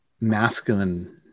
masculine